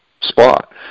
spot